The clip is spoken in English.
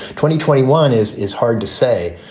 twenty twenty one is is hard to say.